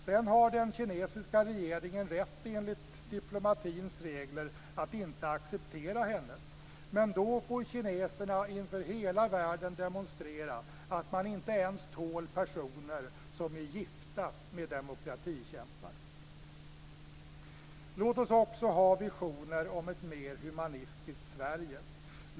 Sedan har den kinesiska regeringen rätt - enligt diplomatins regler - att inte acceptera henne men då får kineserna inför hela världen demonstrera att man inte ens tål personer som är gifta med demokratikämpar. Låt oss också ha visioner om ett mer humanistiskt Sverige!